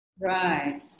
Right